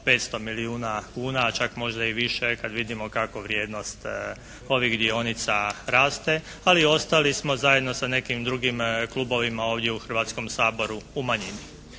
500 milijuna kuna, a čak možda i više kada vidimo kako vrijednost ovih dionica raste, ali ostali smo zajedno sa nekim drugim klubovima ovdje u Hrvatskom saboru u manjini.